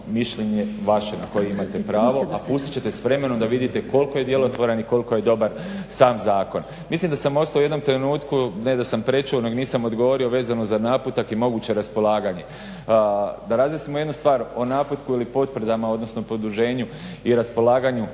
mišljenje vaše na koje imate pravo a pustit ćete s vremenom da vidite koliko je djelotvoran i koliko je dobar sam zakon. Mislim da sam ostao u jednom trenutku, ne da sam prečuo nego nisam odgovorio vezano za naputak i moguće raspolaganje. Da razjasnimo jednu stvar. O naputku ili potvrdama odnosno produženju i raspolaganju